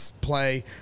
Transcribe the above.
play